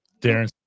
Darren